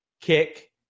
kick